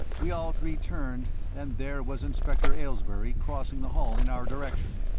we all three turned, and there was inspector aylesbury crossing the hall in our direction.